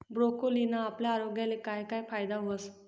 ब्रोकोलीना आपला आरोग्यले काय काय फायदा व्हस